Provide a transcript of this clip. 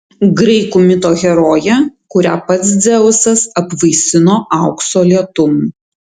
graikų mito herojė kurią pats dzeusas apvaisino aukso lietum